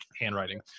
handwriting